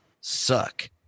suck